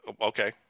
okay